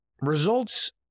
results